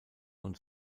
und